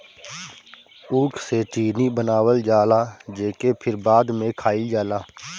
ऊख से चीनी बनावल जाला जेके फिर बाद में खाइल जाला